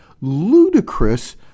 ludicrous